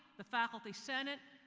the faculty senate,